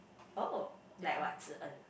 oh like what Zi-En ah